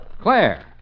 Claire